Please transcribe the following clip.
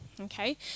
Okay